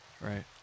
right